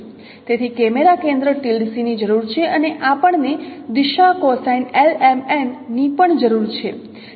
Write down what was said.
તેથી કેમેરા કેન્દ્ર ની જરૂર છે અને આપણને દિશા કોસાઇન ની પણ જરૂર છે